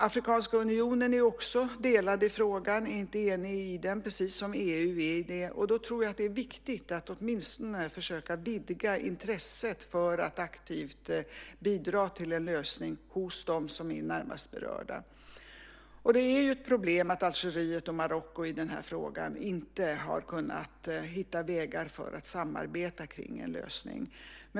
Afrikanska unionen är också delad i frågan. Precis som EU är man inte enig i den. Då tror jag att det är viktigt att åtminstone försöka vidga intresset för att aktivt bidra till en lösning hos dem som är närmast berörda. Det är ett problem att Algeriet och Marocko i den här frågan inte har kunnat hitta vägar för att samarbeta kring en lösning.